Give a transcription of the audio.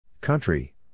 Country